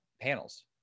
panels